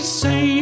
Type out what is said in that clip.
say